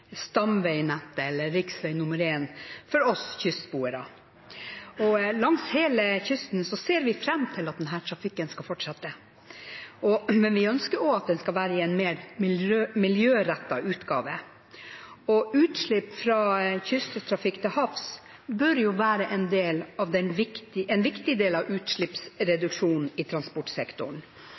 stamveinettet – eller riksvei nr. 1 – for oss kystboere. Langs hele kysten ser vi fram til at denne trafikken skal fortsette, men vi ønsker også at den skal være i en mer miljørettet utgave. Utslipp fra kysttrafikk til havs bør være en viktig del av utslippsreduksjonen i transportsektoren, og det må gi et bidrag til en